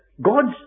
God's